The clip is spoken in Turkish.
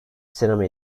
sinema